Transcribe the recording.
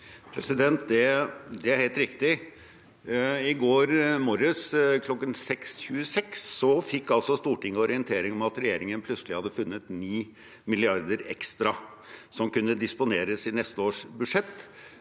Det er helt rik- tig. I går morges, kl. 06.26, fikk altså Stortinget orientering om at regjeringen plutselig hadde funnet 9 mrd. kr ekstra som kunne disponeres i neste års budsjett.